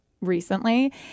recently